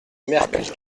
mercus